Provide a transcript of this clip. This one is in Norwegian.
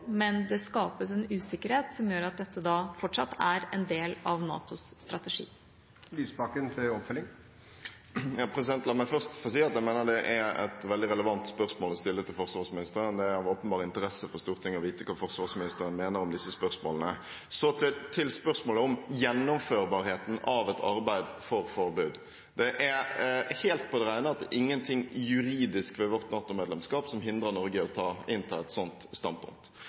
del av NATOs strategi. La meg først få si at jeg mener det er et veldig relevant spørsmål å stille til forsvarsministeren – det er av åpenbar interesse for Stortinget å vite hva forsvarsministeren mener om disse spørsmålene. Så til spørsmålet om gjennomførbarheten av et arbeid for forbud. Det er helt på det rene at det ikke er noe juridisk ved vårt NATO-medlemskap som hindrer Norge i å innta et slikt standpunkt.